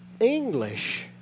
English